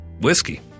Whiskey